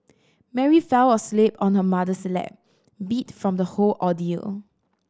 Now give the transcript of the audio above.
Mary fell asleep on her mother's lap beat from the whole ordeal